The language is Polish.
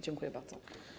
Dziękuję bardzo.